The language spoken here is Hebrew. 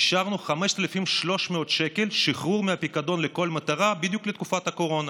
אישרנו 5,300 שקל שחרור מהפיקדון לכל מטרה בדיוק לתקופת הקורונה.